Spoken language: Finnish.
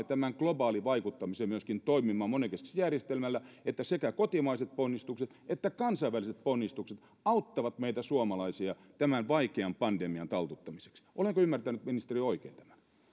tämän globaalin vaikuttamisen myöskin toimimaan monenkeskisellä järjestelmällä että sekä kotimaiset ponnistukset että kansainväliset ponnistukset auttavat meitä suomalaisia tämän vaikean pandemian taltuttamiseksi olenko ymmärtänyt ministeri